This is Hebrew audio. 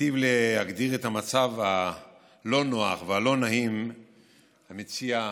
היטיב להגדיר את המצב הלא-נוח והלא-נעים המציע,